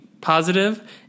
positive